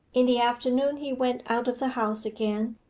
in the afternoon he went out of the house again,